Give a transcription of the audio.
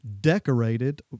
decorated